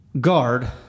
guard